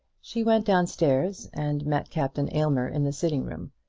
she went down-stairs and met captain aylmer in the sitting-room.